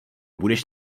budeš